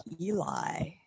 Eli